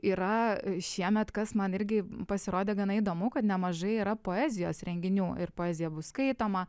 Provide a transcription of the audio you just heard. yra šiemet kas man irgi pasirodė gana įdomu kad nemažai yra poezijos renginių ir poezija bus skaitoma